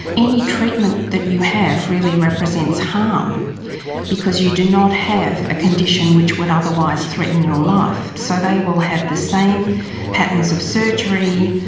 any treatment that you have really represents harm because you do not have a condition which would otherwise threaten your life. so they will have the same patterns of surgery,